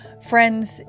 Friends